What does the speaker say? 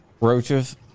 Roaches